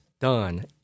done